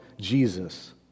Jesus